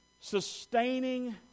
Sustaining